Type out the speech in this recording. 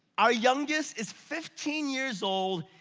our youngest is fifteen years old.